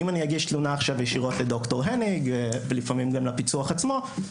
אם אני אגיש תלונה עכשיו ישירות לד"ר הניג ולפעמים גם לפיצו"ח עצמו,